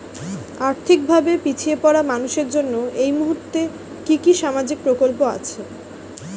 আর্থিক ভাবে পিছিয়ে পড়া মানুষের জন্য এই মুহূর্তে কি কি সামাজিক প্রকল্প আছে?